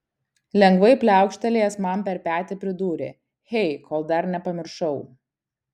lengvai pliaukštelėjęs man per petį pridūrė hey kol dar nepamiršau